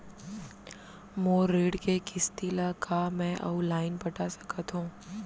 मोर ऋण के किसती ला का मैं अऊ लाइन पटा सकत हव?